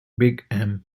big